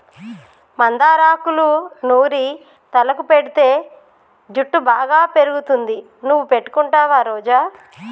మందార ఆకులూ నూరి తలకు పెటితే జుట్టు బాగా పెరుగుతుంది నువ్వు పెట్టుకుంటావా రోజా